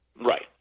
Right